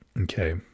Okay